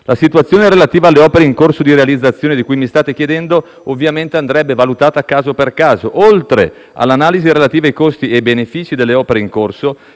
La situazione relativa alle opere in corso di realizzazione di cui mi state chiedendo andrebbe valutata caso per caso. Oltre all'analisi relativa ai costi e ai benefici delle opere in corso,